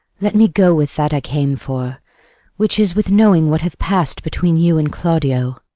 let me go with that i came for which is, with knowing what hath passed between you and claudio.